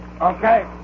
Okay